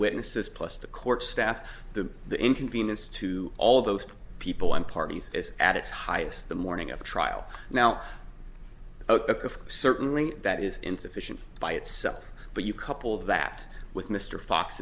witnesses plus the court staff the the inconvenience to all those people and parties is at its highest the morning of the trial now certainly that is insufficient by itself but you couple that with mr fox